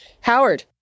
Howard